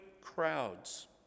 crowds